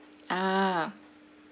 ah